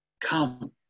Come